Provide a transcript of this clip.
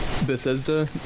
Bethesda